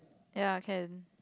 ya can